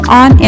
on